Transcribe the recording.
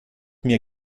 mir